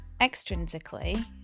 Extrinsically